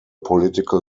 political